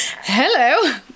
hello